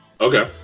Okay